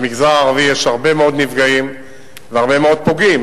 במגזר הערבי יש הרבה מאוד נפגעים והרבה מאוד פוגעים.